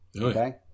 okay